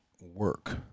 work